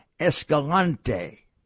Escalante